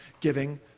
giving